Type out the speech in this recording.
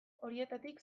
horietatik